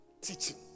teaching